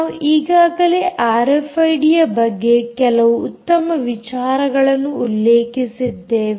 ನಾವು ಈಗಾಗಲೇ ಆರ್ಎಫ್ಐಡಿಯ ಬಗ್ಗೆ ಕೆಲವು ಉತ್ತಮ ವಿಚಾರಗಳನ್ನು ಉಲ್ಲೇಖಿಸಿದ್ದೇವೆ